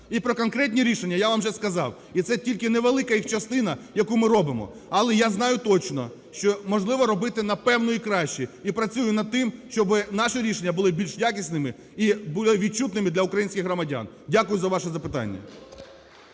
І про конкретні рішення, я вам вже сказав, і це тільки невелика їх частина, яку ми робимо. Але я знаю точно, що можливо робити напевно і краще, і працюю над тим, щоби наші рішення були більш якісними, і були відчутними для українських громадян. Дякую за ваше запитання.